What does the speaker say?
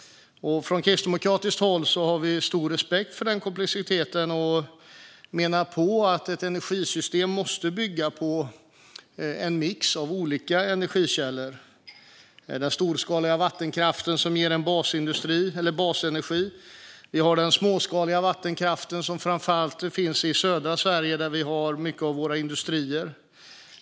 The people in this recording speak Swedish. Kristdemokraterna har stor respekt för denna komplexitet och menar att ett energisystem måste bygga på en mix av olika energikällor. Vi har den storskaliga vattenkraften som ger basenergi. Vi har den småskaliga vattenkraften i framför allt södra Sverige där många industrier ligger.